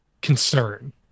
concern